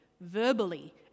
verbally